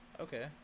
Okay